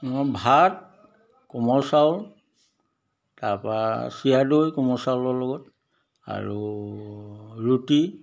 আ ভাত কোমল চাউল তাৰপৰা চিৰা দৈ কোমল চাউলৰ লগত আৰু ৰুটি